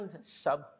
sub